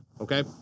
okay